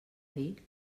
dir